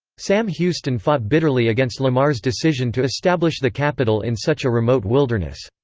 sam houston fought bitterly against lamar's decision to establish the capital in such a remote wilderness.